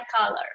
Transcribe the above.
color